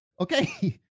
okay